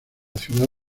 ciudad